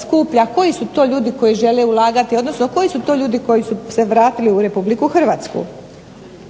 skuplja koji su to ljudi koji žele ulagati, odnosno koji su to ljudi koji su se vratili u RH? Sigurno